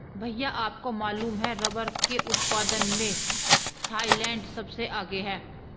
भैया आपको मालूम है रब्बर के उत्पादन में थाईलैंड सबसे आगे हैं